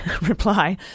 reply